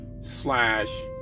slash